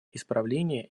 исправления